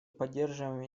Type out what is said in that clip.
поддерживаем